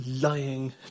lying